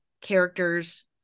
characters